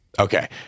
Okay